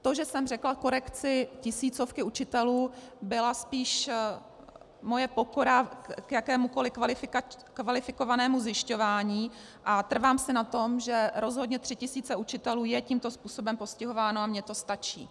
To, že jsem řekla korekci tisícovky učitelů, byla spíš moje pokora k jakémukoli kvalifikovanému zjišťování a trvám si na tom, že rozhodně tři tisíce učitelů je tímto způsobem postihováno, a mně to stačí.